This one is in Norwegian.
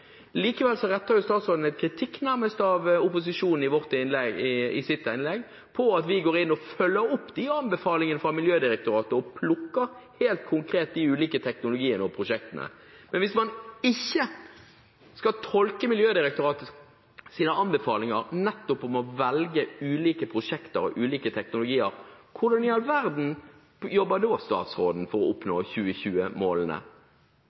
retter statsråden nærmest en kritikk mot opposisjonen i sitt innlegg for at vi går inn og følger opp anbefalingene fra Miljødirektoratet og plukker helt konkret de ulike teknologiene og prosjektene. Men hvis man ikke skal tolke Miljødirektoratets anbefalinger om å velge ulike prosjekter og ulike teknologier, hvordan i all verden jobber da statsråden for å